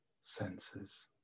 senses